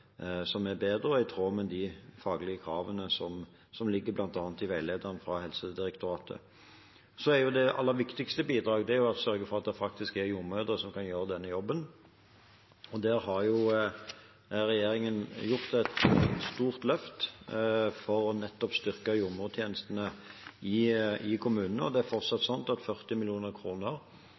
som er bedre, og som er i tråd med de faglige kravene som står bl.a. i veilederen fra Helsedirektoratet. Det aller viktigste bidraget er å sørge for at det faktisk er jordmødre som kan gjøre denne jobben. Regjeringen har tatt et stort løft for nettopp å styrke jordmortjenestene i kommunene. Det er fortsatt slik at 40